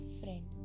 friend